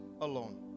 alone